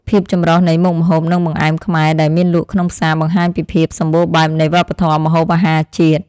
ភាពចម្រុះនៃមុខម្ហូបនិងបង្អែមខ្មែរដែលមានលក់ក្នុងផ្សារបង្ហាញពីភាពសម្បូរបែបនៃវប្បធម៌ម្ហូបអាហារជាតិ។